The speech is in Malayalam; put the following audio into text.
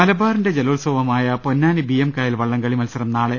മലബാറിന്റെ ജലോത്സവമായ പൊന്നാനി ബിയ്യം കായൽ വള്ളംകളി മത്സരം നാളെ